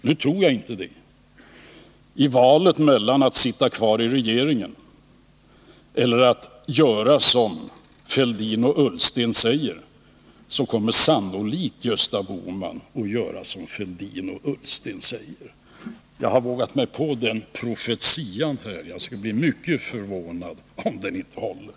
Nu tror jag inte att den gör det. I valet mellan att inte sitta kvar i regeringen och att göra som herrar Fälldin och Ullsten säger kommer Gösta Bohman sannolikt att följa herrar Fälldin och Ullsten. Jag vågar mig på den profetian här, och jag skulle bli mycket förvånad om den inte håller.